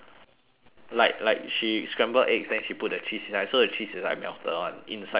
like like she scrambled eggs then she put the cheese inside so the cheese is like melted [one] inside the scrambled eggs